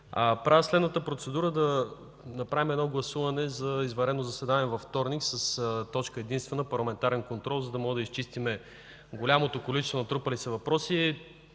Правя следната процедура – да направим едно гласуване за извънредно заседание във вторник с точка единствена – Парламентарен контрол, за да можем да изчистим голямото количество натрупали се въпроси,